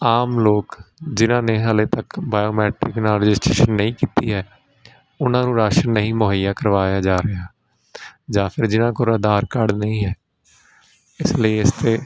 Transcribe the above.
ਆਮ ਲੋਕ ਜਿਨ੍ਹਾਂ ਨੇ ਹਾਲੇ ਤੱਕ ਬਾਇਓਮੈਟਰਿਕ ਨਾਲ ਰਜਿਸਟਰੇਸ਼ਨ ਨਹੀਂ ਕੀਤੀ ਹੈ ਉਹਨਾਂ ਨੂੰ ਰਾਸ਼ਨ ਨਹੀਂ ਮੁਹੱਈਆ ਕਰਵਾਇਆ ਜਾ ਰਿਹਾ ਜਾਂ ਫਿਰ ਜਿਹਨਾਂ ਕੋਲ ਆਧਾਰ ਕਾਰਡ ਨਹੀਂ ਹੈ ਇਸ ਲਈ ਇਸਤੇ